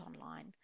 online